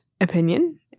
opinion